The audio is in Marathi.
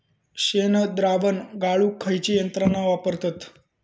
शेणद्रावण गाळूक खयची यंत्रणा वापरतत?